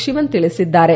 ಶಿವನ್ ತಿಳಿಸಿದ್ದಾರೆ